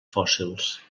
fòssils